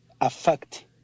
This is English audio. affect